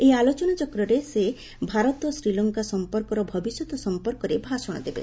ଏହି ଆଲୋଚନାଚକ୍ରରେ ସେ ଭାରତ ଶ୍ରୀଲଙ୍କା ସଂପର୍କର ଭବିଷ୍ୟତ ସଂପର୍କରେ ଭାଷଣ ଦେବେ